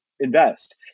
Invest